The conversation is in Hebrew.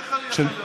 איך אני יכול להיות?